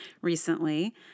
recently